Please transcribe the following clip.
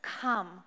come